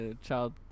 Child